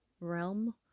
realm